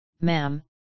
ma'am